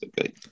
Okay